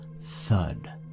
thud